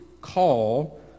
call